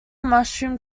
mushroom